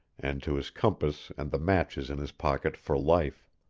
and to his compass and the matches in his pocket for life.